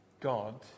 God